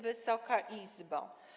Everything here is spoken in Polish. Wysoka Izbo!